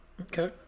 Okay